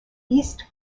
east